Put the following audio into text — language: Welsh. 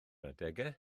adegau